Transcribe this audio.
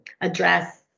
address